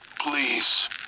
please